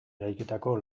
eraikitako